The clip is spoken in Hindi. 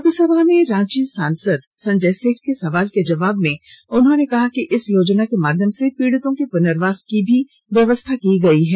लोकसभा में रांची सांसद संजय सेठ के सवाल के जवाब में उन्होंने कहा कि इस योजना के माध्यम से पीड़ितों के पुनर्वास की भी व्यवस्था की गई है